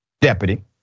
deputy